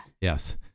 Yes